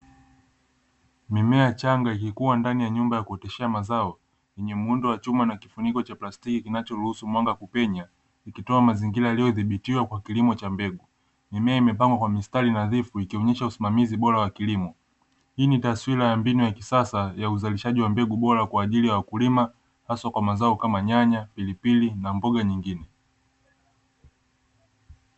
Mimea changa ikikua ndani ya nyumba ya kuoteshea mazao, yenye muundo wa chuma na kifuniko cha plastiki kinachoruhusu mwanga kupenya, ikitoa mazingira yaliyodhibitiwa kwa kilimo cha mbegu. Mimea imepangwa kwa mistari nadhifu, ikionyesha usimamizi bora wa kilimo. Hii ni taswira ya mbinu ya kisasa ya uzalishaji wa mbegu bora kwa ajili ya wakulima, hasa kwa mazao kama; nyanya, pilipili na mboga nyingine.